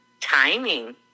Timing